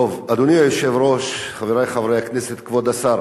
אדוני היושב-ראש, חברי חברי הכנסת, כבוד השר,